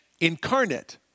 incarnate